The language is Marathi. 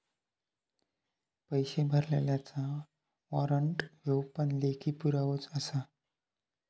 पैशे भरलल्याचा वाॅरंट ह्यो पण लेखी पुरावोच आसा